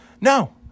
No